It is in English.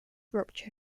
rupture